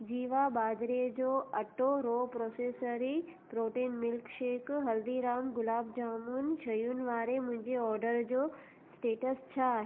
जीवा बाजरे जो अटो रो प्रोसेसरी protein milk shake Haldiram gulab jamun शयुनि वारे मुंहिंजे ऑडर जो स्टेटस छा आहे